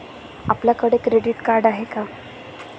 आपल्याकडे credit card आहे का?